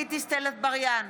גלית דיסטל אטבריאן,